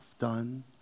done